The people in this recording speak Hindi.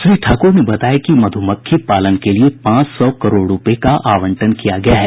श्री ठाकुर ने बताया कि मधुमक्खी पालन के लिए पांच सौ करोड रूपये का आवंटन किया गया है